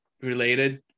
related